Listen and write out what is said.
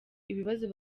ibibazo